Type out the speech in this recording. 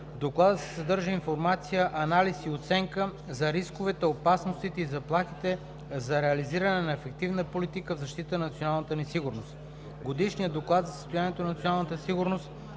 Доклада се съдържа информация, анализ и оценки за рисковете, опасностите и заплахите за реализиране на ефективна политика в защита на националната ни сигурност. Годишният доклад за състоянието на националната сигурност